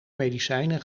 medicijnen